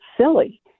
silly